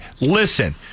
Listen